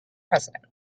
president